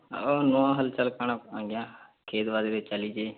ଆଉ ନୂଆଁ ହାଲ୍ ଚାଲ୍ କାଣା ଆଜ୍ଞା ଖେତ୍ ବାଡ଼ି ବି ଚାଲିଛେ